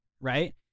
right